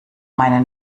meine